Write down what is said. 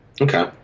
Okay